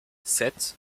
sept